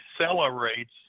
accelerates